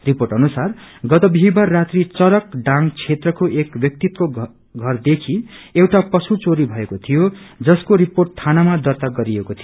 report अनुसार गत विहीबार राती चरक जांग क्षेत्रको एव ब्यक्तिको घरदेखि एउटा मवेशी चोरी भएको थियो जसको रिपोर्ट थानामा दर्त्ता गरिएको थियो